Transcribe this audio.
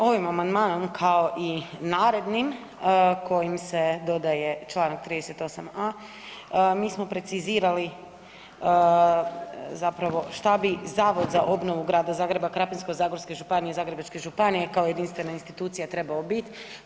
Dakle, ovim amandmanom kao i narednim kojim se dodaje čl. 38a. mi smo precizirali zapravo šta bi Zavod za obnovu Grada Zagreba, Krapinsko-zagorske županije i Zagrebačke županije kao jedinstvena institucija trebao bit.